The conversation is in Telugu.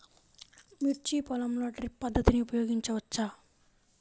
మిర్చి పొలంలో డ్రిప్ పద్ధతిని ఉపయోగించవచ్చా?